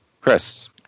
Chris